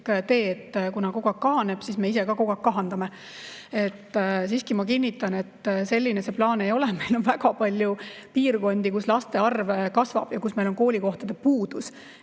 tee, et kuna kogu aeg kahaneb, siis me ise ka kogu aeg kahandame. Siiski ma kinnitan, et selline see plaan ei ole. Meil on väga palju piirkondi, kus laste arv kasvab ja kus meil on koolikohtade puudus. Ehk